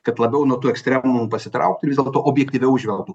kad labiau nuo tų ekstremumų pasitraukt ir vis dėlto objektyviau žvelgtų